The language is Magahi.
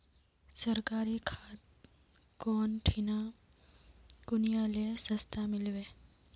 सरकारी खाद कौन ठिना कुनियाँ ले सस्ता मीलवे?